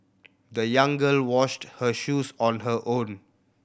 the young girl washed her shoes on her own